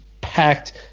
packed